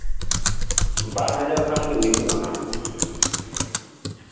ᱵᱟᱨ ᱦᱟᱡᱟᱨ ᱠᱷᱟᱱᱜᱮ ᱦᱩᱭᱩᱜᱼᱟ ᱦᱟᱜ